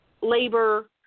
labor